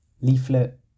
leaflet